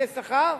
בודקי שכר,